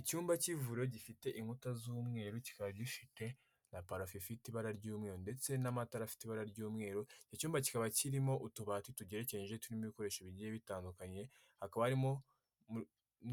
Icyumba cy'ivuriro gifite inkuta z'umweru kikaba gifite na parafo ifite ibara ry'umweru ndetse n'amatara afite ibara ry'umweru. Icyumba kikaba kirimo utubati tugerekeranije turimo ibikoresho bigiye bitandukanye, hakaba harimo